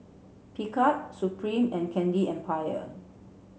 Picard Supreme and Candy Empire